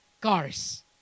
cars